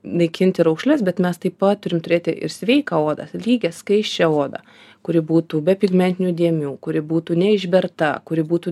naikinti raukšles bet mes taip pat turim turėti ir sveiką odą lygią skaisčią odą kuri būtų be pigmentinių dėmių kuri būtų neišberta kuri būtų